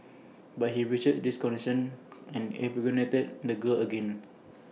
but he breached this condition and impregnated the girl again